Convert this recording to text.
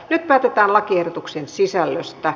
nyt päätetään lakiehdotuksen sisällöstä